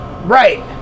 Right